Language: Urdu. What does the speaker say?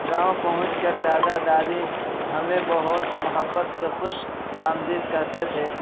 گاؤں پہنچ کر دادا دادی ہمیں بہت محبت سے خوش آمدید کہتے تھے